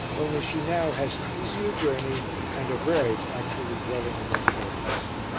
only she now has an easier journey and avoids actually dwelling among heretics.